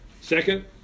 Second